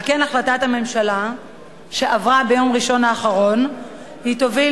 על כן החלטת הממשלה שעברה ביום ראשון האחרון תוביל